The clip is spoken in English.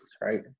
right